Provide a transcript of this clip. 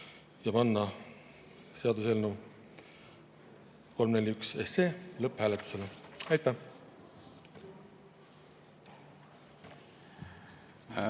ja panna seaduseelnõu 341 lõpphääletusele. Aitäh!